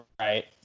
Right